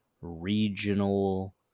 regional